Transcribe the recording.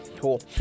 Cool